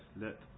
let